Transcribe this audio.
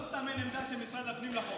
לא סתם אין עמדה של משרד הפנים על החוק.